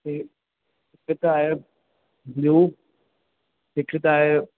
जी हिकु त आहे ब्लू हिकु त आहे